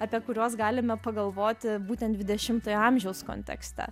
apie kuriuos galime pagalvoti būtent dvidešimtojo amžiaus kontekste